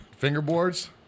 Fingerboards